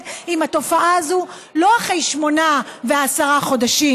עם התופעה הזו לא אחרי שמונה ועשרה חודשים,